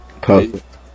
Perfect